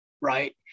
Right